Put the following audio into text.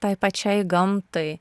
tai pačiai gamtai